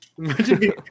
Imagine